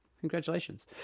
Congratulations